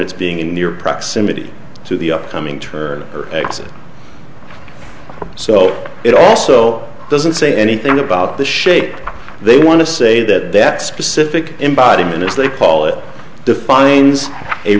hornets being in near proximity to the upcoming turn or exit so it also doesn't say anything about the shape they want to say that that specific embodiment as they call it defines a